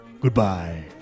Goodbye